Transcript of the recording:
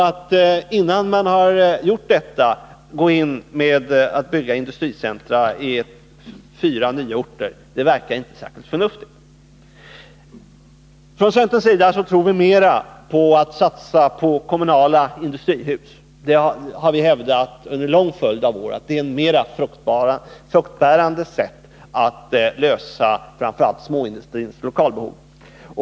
Att innan man har gjort det inrätta industricentra på fyra nya orter verkar inte särskilt förnuftigt. Från centerns sida tror vi mera på att satsa på kommunala industrihus. Vi har under en lång följd av år hävdat att detta är ett mera fruktbärande sätt att tillgodose framför allt småindustrins lokalbehov.